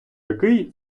який